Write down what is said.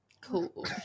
cool